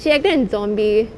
she acted in zombie